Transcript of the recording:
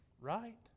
right